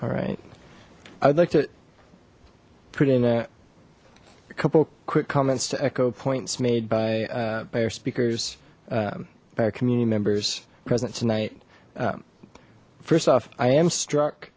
all right i'd like to put in a couple quick comments to echo points made by by our speakers by our community members present tonight first off i am struck